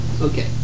Okay